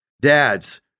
dads